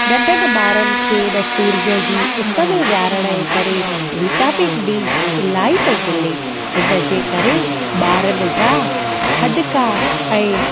नंढनि ॿारनि खे हिन सूरज जी उस में विहारण जे करे विटामिन डी इलाहीं तो मिले इन जे करे ॿारनि जा हॾका ऐं